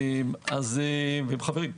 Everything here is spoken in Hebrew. הם חברים.